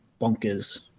bonkers